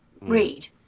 Read